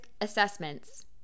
assessments